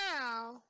now